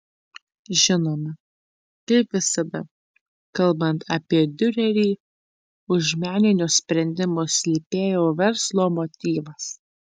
žinoma kaip visada kalbant apie diurerį už meninio sprendimo slypėjo verslo motyvas